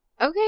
Okay